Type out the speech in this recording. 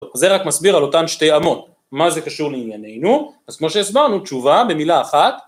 זה רק מסביר על אותן שתי אמות, מה זה קשור לעניינינו, אז כמו שהסברנו, תשובה במילה אחת.